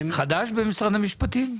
חדש במשרד המשפטים?